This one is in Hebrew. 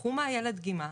ייקחו מהילד דגימה,